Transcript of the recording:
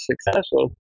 successful